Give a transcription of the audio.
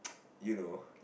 you know